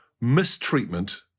mistreatment